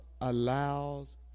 allows